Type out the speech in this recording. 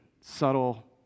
subtle